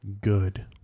Good